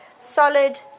solid